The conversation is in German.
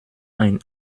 ein